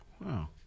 Wow